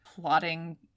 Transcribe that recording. plotting